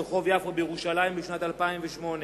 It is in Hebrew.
ברחוב יפו בשנת 2008,